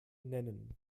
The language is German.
nennen